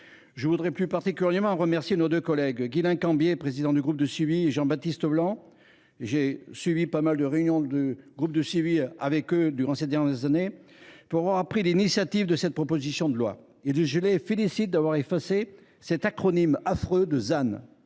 Je voudrais plus particulièrement remercier Guislain Cambier, président du groupe de suivi, et Jean Baptiste Blanc – j’ai assisté à beaucoup de réunions de ce groupe avec eux durant ces dernières années – d’avoir pris l’initiative de cette proposition de loi. Et je les félicite d’avoir effacé cet acronyme affreux de ZAN